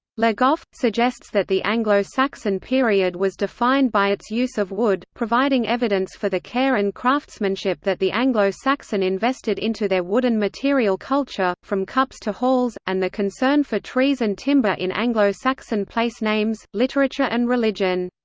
le goff, suggests that the anglo-saxon period was defined by its use of wood, providing evidence for the care and craftsmanship that the anglo-saxon invested into their wooden material culture, from cups to halls, and the concern for trees and timber in anglo-saxon place-names, literature and religion.